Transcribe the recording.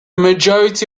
majority